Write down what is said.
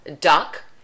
duck